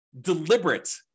deliberate